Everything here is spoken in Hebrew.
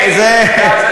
הזה,